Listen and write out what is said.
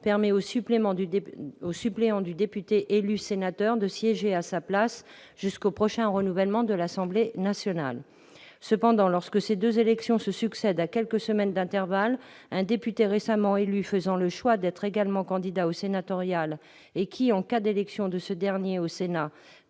permet au suppléant du député élu sénateur de siéger à sa place jusqu'au prochain renouvellement de l'Assemblée nationale. Cependant, lorsque ces deux élections se succèdent à quelques semaines d'intervalle, un député récemment élu faisant le choix d'être également candidat aux sénatoriales transmettra automatiquement,